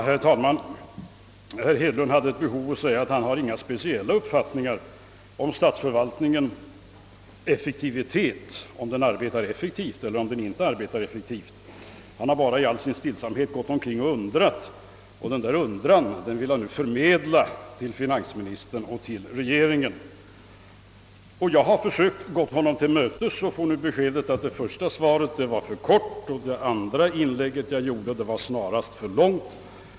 Herr talman! Herr Hedlund hade behov av att säga att han inte har någon speciell uppfattning om statsförvaltningens effektivitet. Han har endast i all stillsamhet gått omkring och undrat och vill nu förmedla denna undran till finansministern och regeringen. Jag har försökt gå honom till mötes, men får beskedet att det första svaret var för kort och att mitt andra inlägg snarast var för långt.